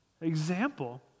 example